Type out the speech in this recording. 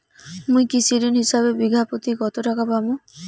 মুই কৃষি ঋণ হিসাবে বিঘা প্রতি কতো টাকা পাম?